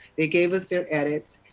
they gave us their edits,